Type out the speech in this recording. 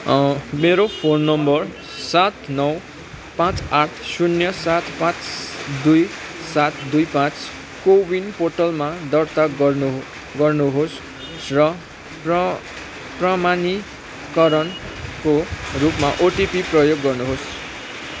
मेरो phone number सात नौ पाँच आठ शून्य सात पाँच दुई सात दुई पाँच कोविन पोर्टलमा दर्ता गर्नु गर्नुहोस् र प्र प्रमाणीकरणको रूपमा ओटिपी प्रयोग गर्नुहोस्